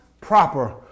proper